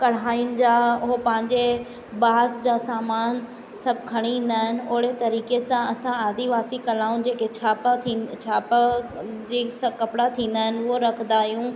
कढ़ाईनि जा उहो पंहिंजे बांस जा सामानु सभु खणी ईंदा आहिनि ओड़े तरीक़े सां असां आदिवासी कलाउनि जेके छापक ई छापा जंहिं सां कपिड़ा थींदा आहिनि उहा रखंदा आहियूं